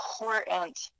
important